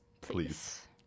please